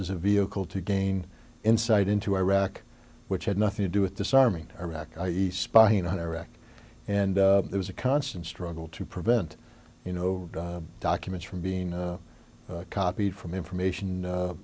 as a vehicle to gain insight into iraq which had nothing to do with disarming iraq i e spying on iraq and there was a constant struggle to prevent you know documents from being copied from information